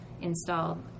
installed